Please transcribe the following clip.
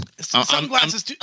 sunglasses